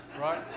right